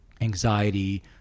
anxiety